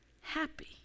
happy